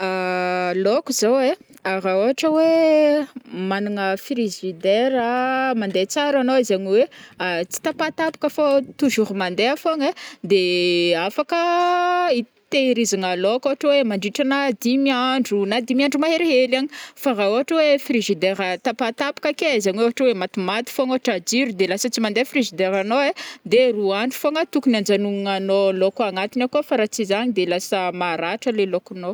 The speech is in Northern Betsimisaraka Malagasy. Laoko zao ai, ra ôhatra oe magnana frigidaire mande tsara agnao zegny oe, tsy tapatapaka fô toujours mandeha fogna ai, de afaka hiterizigny laoko ôhatra hoe mandritrana dimy andro na dimy andro mahery hely agny fa raha oatra hoe frigidaire tapatapaka ake zegny ôhatra oe matimaty fôgna ôhatra jiro de lasa tsy mandeha frigidaire agnô ai dia roa andro fôgna tokony anjanognanao laoka agnatiny akao fa ra tsy zagny de lasa maratra le laokognô.